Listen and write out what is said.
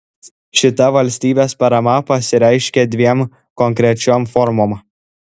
šita valstybės parama pasireiškia dviem konkrečiom formom